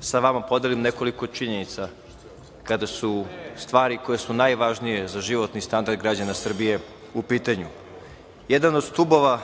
sa vama podelim nekoliko činjenica kada su stvari koje su najvažnije za životni standard građana Srbije u pitanju. Jedan od stubova